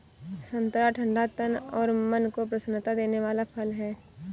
संतरा ठंडा तन और मन को प्रसन्नता देने वाला फल है